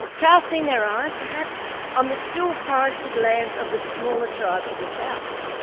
casting their eyes, perhaps on the still-forested lands of the smaller tribe to the south.